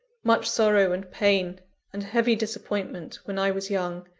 much sorrow and pain and heavy disappointment, when i was young,